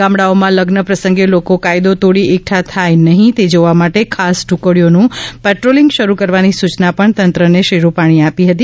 ગામડાઓમાં લઝન પ્રસંગે લોકો કાયદો તોડી એકઠા થાય નહીં તે જોવા માટે ખાસ ટુકડીઓ નું પેટ્રોલીંગ શરૂ કરવાની સૂચના પણ તંત્રને શ્રી રૂપાણીએ આપી હતી